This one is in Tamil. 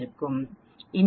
இந்த பக்கம் இருக்கும்0